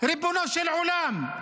ריבונו של עולם.